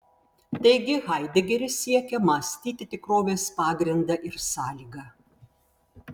taigi haidegeris siekia mąstyti tikrovės pagrindą ir sąlygą